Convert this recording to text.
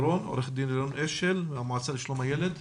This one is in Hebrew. עורכת דין לירון אשל מהמועצה לשלום הילד.